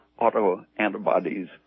autoantibodies